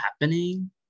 happening